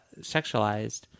Sexualized